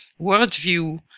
worldview